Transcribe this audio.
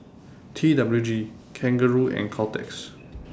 T W G Kangaroo and Caltex